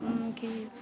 कि